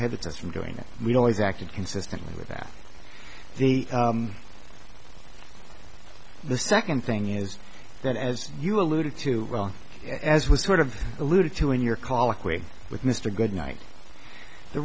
it's from doing that we always acted consistent with that the the second thing is that as you alluded to well as with sort of alluded to in your call equate with mr good night the